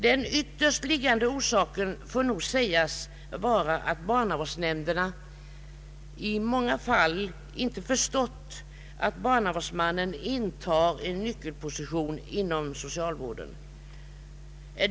Den yttersta orsaken får sägas vara att barnavårdsnämnderna i många fall inte förstått att barnavårdsmannen intar en nyckelposition inom socialvården.